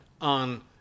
on